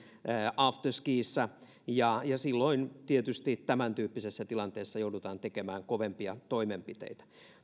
after skissä ja silloin tietysti tämäntyyppisessä tilanteessa joudutaan tekemään kovempia toimenpiteitä